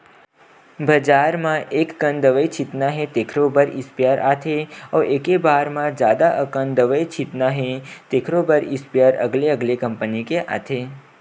बजार म एककन दवई छितना हे तेखरो बर स्पेयर आथे अउ एके बार म जादा अकन दवई छितना हे तेखरो इस्पेयर अलगे अलगे कंपनी के आथे